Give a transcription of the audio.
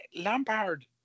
Lampard